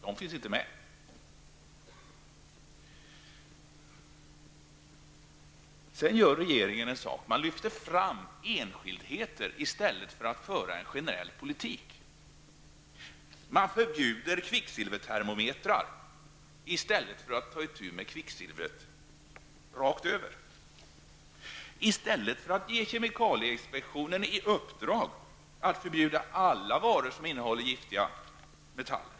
Dessa finns inte med i propositionen. Sedan lyfter regeringen fram enskildheter i stället för att föra en generell politik. Man förbjuder kvicksilvertermometrar i stället för att ta itu med kvicksilvret rakt över. Man bör i stället ge kemikalieinspektionen i uppdrag att förbjuda alla varor som innehåller giftiga metaller.